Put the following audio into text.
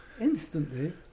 instantly